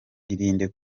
irinde